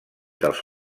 dels